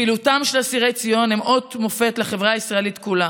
פעילותם של אסירי ציון היא אות ומופת לחברה הישראלית כולה.